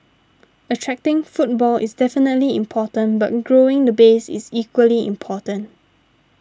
attracting footfall is definitely important but growing the base is equally important